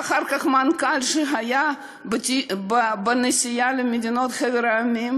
ואחר כך המנכ"ל, שהיה בנסיעה לחבר המדינות,